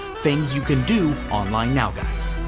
things you can do online now, guys.